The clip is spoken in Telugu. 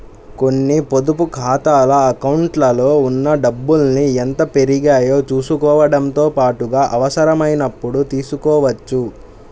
కొన్ని పొదుపు ఖాతాల అకౌంట్లలో ఉన్న డబ్బుల్ని ఎంత పెరిగాయో చూసుకోవడంతో పాటుగా అవసరమైనప్పుడు తీసుకోవచ్చు